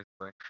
right